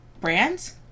brands